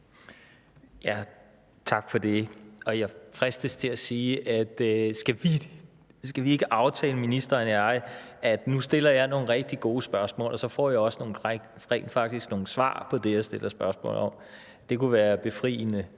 Tak for det. Jeg fristes til at sige, at skal ministeren og jeg ikke aftale, at nu stiller jeg nogle rigtig gode spørgsmål, og så får jeg også rent faktisk nogle svar på det, jeg stiller spørgsmål om. Det kunne være befriende.